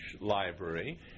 library